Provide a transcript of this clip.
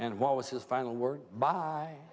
and what was his final word by